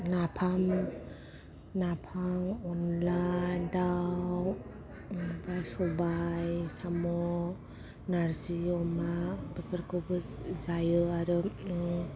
नाफाम अनला दाउ ओमफाय सबाय साम' नार्जि अमा बेफोरखौबो जायो आरो